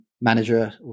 manager